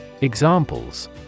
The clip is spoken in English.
Examples